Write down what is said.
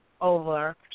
over